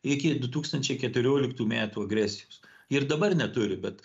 iki du tūkstančiai keturioliktų metų agresijos ir dabar neturi bet